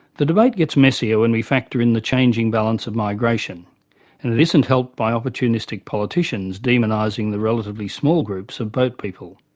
the debate gets messier when we factor in the changing balance of migration and it isn't helped by opportunistic politicians demonising the relatively small groups of boat people.